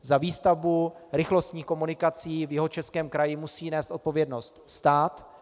Za výstavbu rychlostních komunikací v Jihočeském kraji musí nést odpovědnost stát.